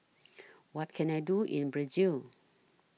What Can I Do in Brazil